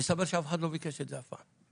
מסתבר שאף אחד לא ביקש את זה אף פעם.